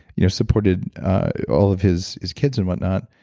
you know supported all of his his kids and whatnot.